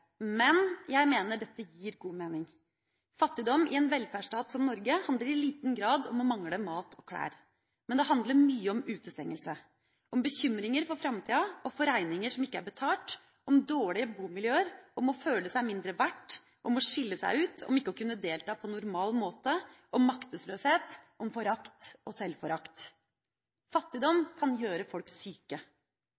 men jeg mener dette gir god mening. Fattigdom i en velferdsstat som Norge handler i liten grad om å mangle mat og klær, men det handler mye om utestengelse, om bekymringer for framtida og for regninger som ikke er betalt, om dårlige bomiljøer, om å føle seg mindre verdt, om å skille seg ut, om ikke å kunne delta på normal måte, om maktesløshet, om forakt og sjølforakt. Fattigdom